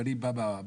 ואני בא מהפרקטי.